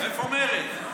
איפה מרצ?